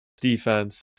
defense